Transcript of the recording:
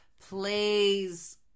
please